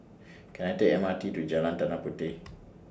Can I Take M R T to Jalan Tanah Puteh